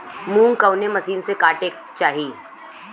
मूंग कवने मसीन से कांटेके चाही?